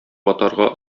атарга